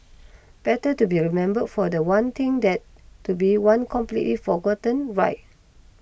better to be remembered for that one thing than to be one completely forgotten right